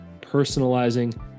personalizing